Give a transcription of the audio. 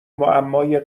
معمای